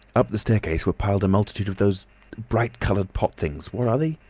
up the staircase were piled a multitude of those bright-coloured pot things what are they?